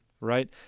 Right